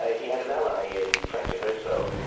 he had an ally in franklin roosevelt,